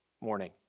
morning